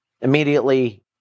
Immediately